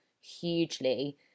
hugely